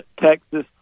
Texas